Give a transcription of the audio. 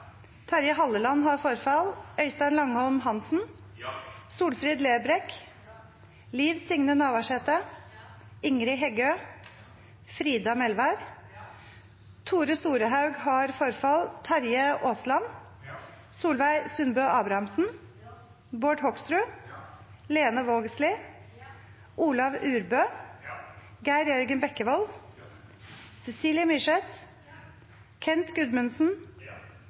Øystein Langholm Hansen, Solfrid Lerbrekk, Liv Signe Navarsete, Ingrid Heggø, Frida Melvær, Terje Aasland, Solveig Sundbø Abrahamsen, Bård Hoksrud, Lene Vågslid, Olav Urbø, Geir Jørgen Bekkevold, Cecilie Myrseth, Kent Gudmundsen,